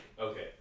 okay